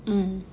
mm